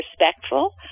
respectful